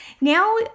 Now